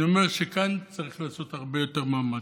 אני אומר שכאן צריך לעשות הרבה יותר מאמץ.